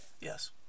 Yes